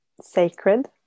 sacred